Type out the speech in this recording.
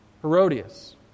Herodias